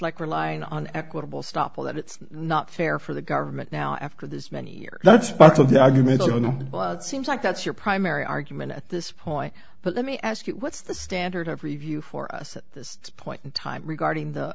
like relying on equitable stoppel that it's not fair for the government now after this many years that's part of the argument i don't know seems like that's your primary argument at this point but let me ask you what's the standard of review for us at this point in time regarding the